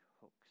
hooks